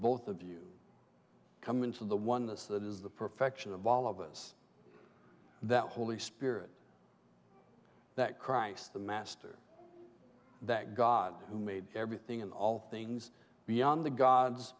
both of you come into the oneness that is the perfection of all of us that holy spirit that christ the master that god who made everything and all things beyond the gods